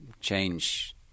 change